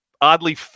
oddly